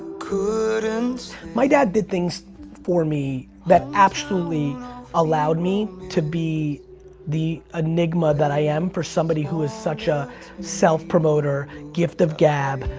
my dad did things for me that actually allowed me to be the enigma that i am for somebody who is such a self-promoter, gift of gab,